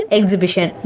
Exhibition